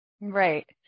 Right